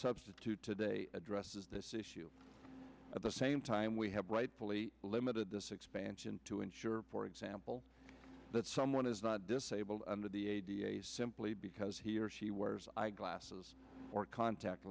substitute today addresses this issue at the same time we have rightfully limited this expansion to ensure for example that someone is not disabled under the age simply because he or she wears eyeglasses or contact